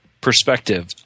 perspective